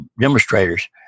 demonstrators